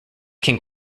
can